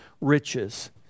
riches